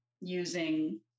using